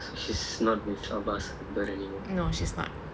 no she's not